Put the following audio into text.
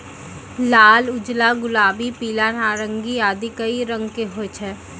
लाल, उजला, गुलाबी, पीला, नारंगी आदि कई रंग के होय छै